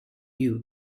you